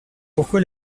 pourquoi